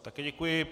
Také děkuji.